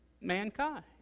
mankind